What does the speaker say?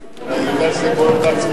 הלוואי שהייתי מאמין שאתה אומר את זה בציניות.